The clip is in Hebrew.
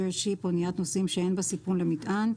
ship - אניית נוסעים שאין בה סיפון למטען,